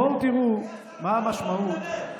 בואו תראו מה המשמעות.